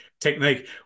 technique